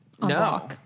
No